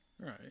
Right